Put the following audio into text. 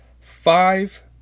five